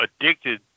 addicted